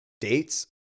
dates